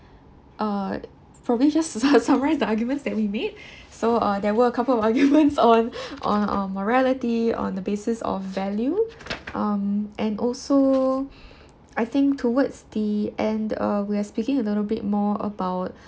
uh probably just su~ summarise the arguments that we made so uh there were a couple of arguments on on on morality on the basis of value um and also I think towards the end uh we are speaking a little bit more about